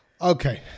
Okay